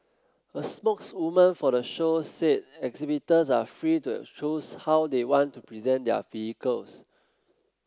a spokeswoman for the show said exhibitors are free to choose how they want to present their vehicles